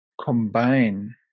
combine